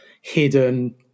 hidden